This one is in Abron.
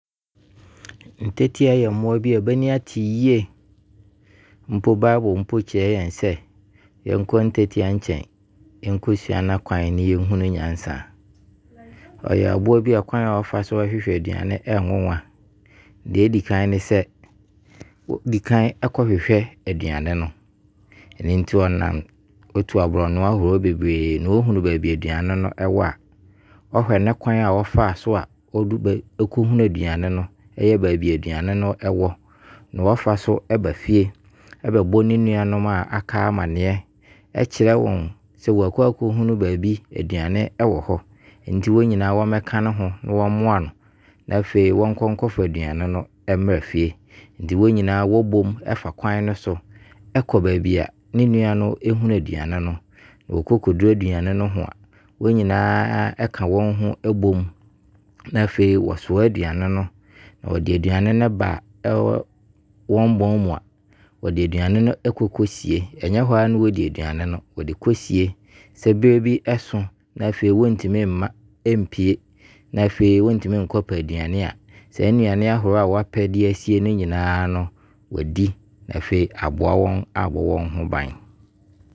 Ntɛtea yɛ mmoa bi a b'ani ate yie Mpo Bible mpo kyerɛ yɛn sɛ, yɛnkɔ ntɛtea nkyɛn nkɔ sua n'akwan na yɛnhunu nyansa. Ɔyɛ aboa bi a kwan a ɔfa so ɛhwehwɛ aduane ɔnwanwan. Deɛ ɛdi kan ne sɛ, wɔdi kan kɔhwehwɛ aduane no. Ɛno nti ɔnam a, ɔtu aborɔnoo ahoroɔ bebree. Na ɔhunu baabi a aduane no ɛwɔ a, ɔhwɛ ne kwan a ɔfaa so a ɔkɔ hunuu aduane no, ɛyɛ baabi a aduane no wɔ. Na afa so aba fie, bɛbɔ ne nnuanom a aka amanneɛ. Kyerɛ wɔn sɛ wakɔ hunu baabi a aduane wɔ hɔ. Nti wɔn nyinaa mɛka ne ho na wɔmmoa no. Na afei, wɔnkɔ nkɔ fa aduane no mmra fie. Ɛnti wɔn nyinaa wɔbom ɛfa kwan no so ɛkɔ baabi a ne nua no ɛhunu aduane no. Wɔkɔ kɔ duru aduane no ho a, wɔn nyinaa ɛka bom na afei wɔ soa aduane no. Wɔde aduane no ba ɛyɛ wɔn bɔn no mu a, wɔde ɛkɔ sie, nyɛ hɔ ara na wɔdi aduane no. Wɔde kɔ sie sɛ berɛ bi so, na afei wɔntumi mpue a, na afei wɔntumi nkɔ pɛ aduane a, saa nnuane a wapɛ de asie no nyinaa no, wadi. Na afei aboa wɔn abɔ bɛho ban.